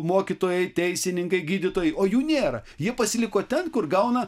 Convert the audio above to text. mokytojai teisininkai gydytojai o jų nėra jie pasiliko ten kur gauna